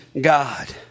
God